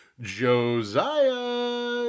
Josiah